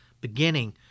beginning